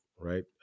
right